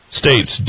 states